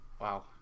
Wow